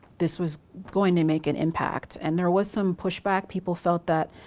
this was going to make an impact. and there was some pushback. people felt that,